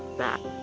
that.